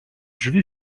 drzwi